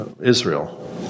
Israel